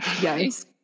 yes